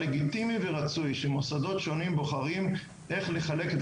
לגיטימי ורצוי שמוסדות שונים בוחרים איך לחלק את